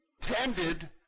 tended